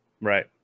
Right